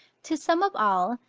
to sum up all,